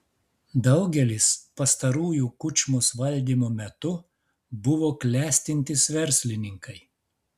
daugelis pastarųjų kučmos valdymo metu buvo klestintys verslininkai